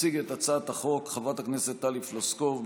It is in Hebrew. תציג את הצעת החוק חברת הכנסת טלי פלוסקוב,